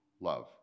love